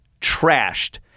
trashed